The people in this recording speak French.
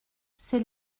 c’est